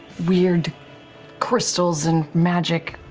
weird crystals and magic.